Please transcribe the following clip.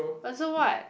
but so what